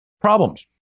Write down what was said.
problems